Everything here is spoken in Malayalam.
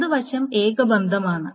വലത് വശം ഏക ബന്ധമാണ്